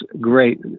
great